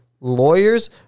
lawyers